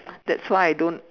that's why I don't